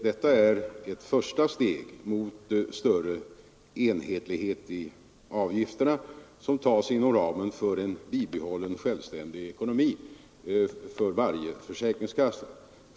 Detta är ett första steg mot större enhetlighet i avgifterna, och det tas inom ramen för en bibehållen självständig ekonomi för varje försäkringskassa.